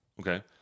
okay